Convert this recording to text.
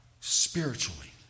spiritually